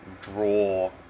draw